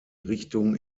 richtung